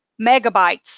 megabytes